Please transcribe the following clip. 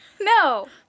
No